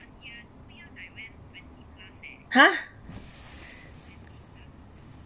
ha